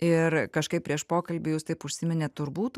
ir kažkaip prieš pokalbį jūs taip užsiminėt turbūt